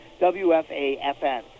WFAFN